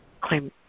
claim